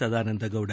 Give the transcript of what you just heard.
Sadananda Gowda